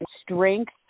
strength